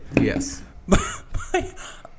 Yes